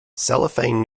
cellophane